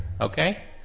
okay